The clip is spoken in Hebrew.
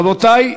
רבותי,